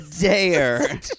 dare